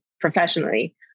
professionally